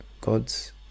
God's